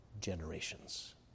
generations